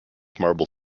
marble